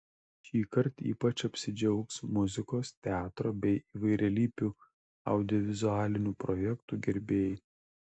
šįkart ypač apsidžiaugs muzikos teatro bei įvairialypių audiovizualinių projektų gerbėjai